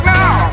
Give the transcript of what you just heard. now